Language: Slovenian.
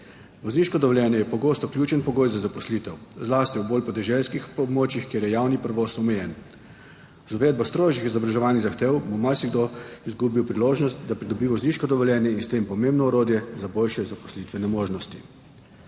Vozniško dovoljenje je pogosto ključen pogoj za zaposlitev, zlasti v bolj podeželskih območjih, kjer je javni prevoz omejen. Z uvedbo strožjih izobraževalnih zahtev, bo marsikdo izgubil priložnost, da pridobi vozniško dovoljenje in s tem pomembno orodje za boljše zaposlitvene možnosti.